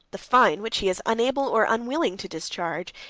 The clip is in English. the fine, which he is unable or unwilling to discharge,